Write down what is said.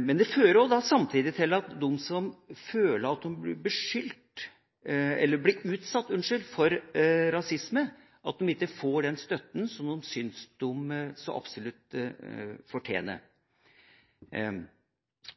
Men det fører også samtidig til at de som føler at de blir utsatt for rasisme, ikke får den støtten som de syns de absolutt fortjener.